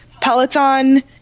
peloton